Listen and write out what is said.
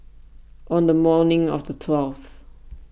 on the morning of the twelfth